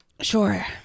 Sure